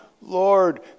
Lord